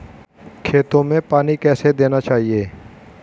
खेतों में पानी कैसे देना चाहिए?